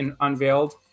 unveiled